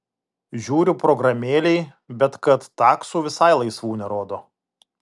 žiūriu programėlėj bet kad taksų visai laisvų nerodo